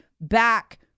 back